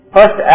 First